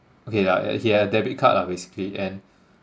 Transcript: okay like he had a debit card lah basically and